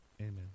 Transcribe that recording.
Amen